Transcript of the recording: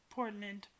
Portland